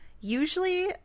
usually